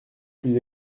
plus